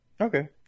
Okay